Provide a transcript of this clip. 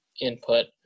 input